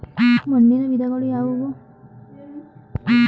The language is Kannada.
ಮಣ್ಣಿನ ವಿಧಗಳು ಯಾವುವು?